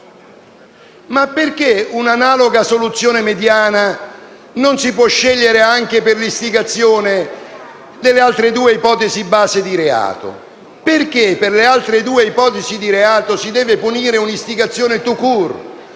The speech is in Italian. Perché una analoga soluzione mediana non si può scegliere anche per l'istigazione nelle altre due ipotesi base di reato? Perché per le altre due ipotesi base di reato si deve punire un'istigazione *tout